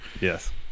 Yes